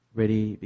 Ready